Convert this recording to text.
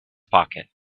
pocket